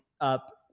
up